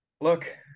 look